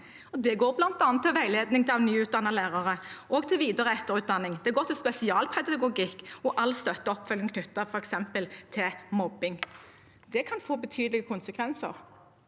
Det går bl.a. til veiledning av nyutdannede lærere og til videreog etterutdanning, og det går til spesialpedagogikk og all støtte og oppfølging knyttet til f.eks. mobbing. Det kan få betydelige konsekvenser.